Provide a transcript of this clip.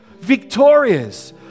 victorious